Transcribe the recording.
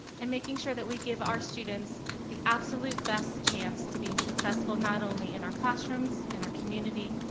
and making sure that we give our students the absolute best chance to be successful not only in our classrooms, in our community,